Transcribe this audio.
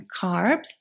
carbs